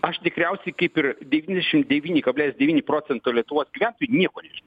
aš tikriausiai kaip ir devyniasdešim devyni kablelis devyni procento lietuvos gyventojų nieko nežnau